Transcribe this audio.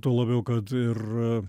tuo labiau kad ir